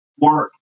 work